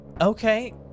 Okay